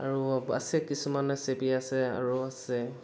আৰু আছে কিছুমান ৰেচিপি আছে আৰু আছে